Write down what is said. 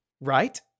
Right